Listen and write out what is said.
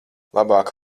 labāk